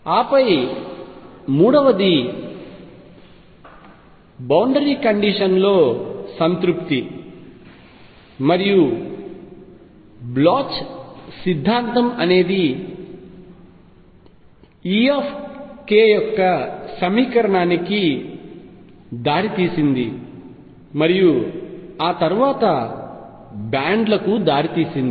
ఆపై మూడవది boundary condition లో సంతృప్తి మరియు బ్లోచ్ సిద్ధాంతం అనేది E యొక్క సమీకరణానికి దారితీసింది మరియు అది ఆ తరువాత బ్యాండ్ లకు దారితీసింది